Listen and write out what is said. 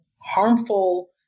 harmful